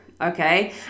okay